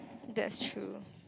that's true